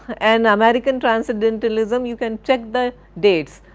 and american transcendentalism you can check the dates.